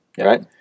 right